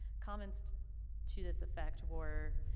comments to this effect were,